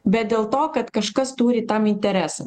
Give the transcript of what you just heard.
bet dėl to kad kažkas turi tam interesą